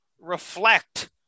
reflect